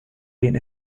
been